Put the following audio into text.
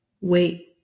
Wait